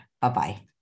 Bye-bye